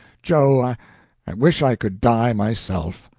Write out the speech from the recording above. joe, i wish i could die myself!